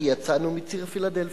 כי יצאנו מציר פילדלפי.